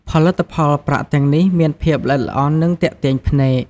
ផលិតផលប្រាក់ទាំងនេះមានភាពល្អិតល្អន់ និងទាក់ទាញភ្នែក។